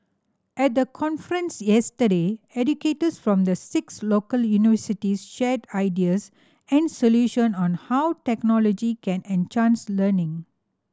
at the conference yesterday educators from the six local universities shared ideas and solution on how technology can enhance learning